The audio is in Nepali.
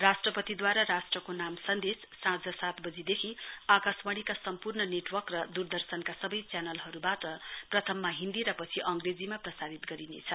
राष्ट्रपतिद्वारा राष्ट्रको नाम सन्देश साँझ सात वजी देखि आकाशवाणीका सम्पूर्ण नेटवर्क र द्रदर्शनका सवै च्यानलहरुवाट प्रथममा हिन्दी र पछि अंग्रेजीमा प्रसारित गरिनेछ